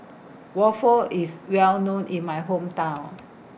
Waffle IS Well known in My Hometown